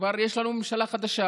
כבר יש לנו ממשלה חדשה.